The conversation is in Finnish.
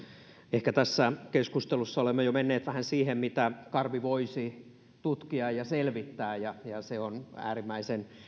ehkä tässä keskustelussa olemme jo menneet vähän siihen mitä karvi voisi tutkia ja selvittää ja se on äärimmäisen